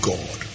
God